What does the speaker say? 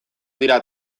dira